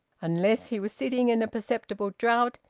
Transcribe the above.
unless he was sitting in a perceptible draught,